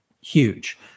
huge